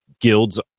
guilds